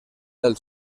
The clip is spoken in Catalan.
del